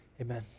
Amen